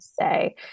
say